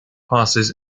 passes